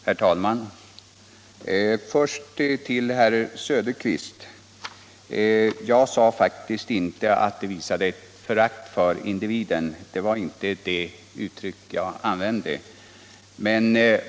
Herr talman! Först några ord till herr Söderqvist. Jag sade faktiskt inte att vpk-motionen visade förakt för individen. Det var inte det uttrycket jag använde.